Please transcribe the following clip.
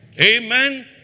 Amen